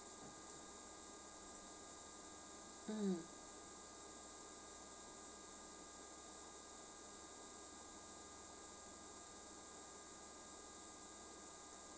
mm